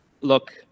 look